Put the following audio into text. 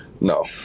No